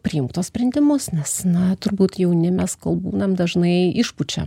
priimk tuos sprendimus nes na turbūt jauni mes kol būnam dažnai išpučiam